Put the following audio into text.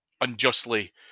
unjustly